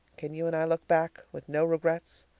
can you and i look back, with no regrets,